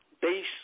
base